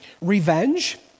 revenge